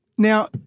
Now